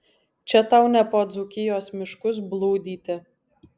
čia tau ne po dzūkijos miškus blūdyti